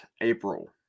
April